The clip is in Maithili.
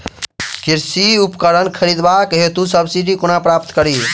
कृषि उपकरण खरीदबाक हेतु सब्सिडी कोना प्राप्त कड़ी?